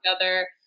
together